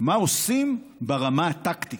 מה עושים ברמה הטקטית.